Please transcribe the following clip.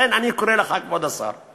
לכן אני קורא לך, כבוד השר,